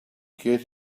get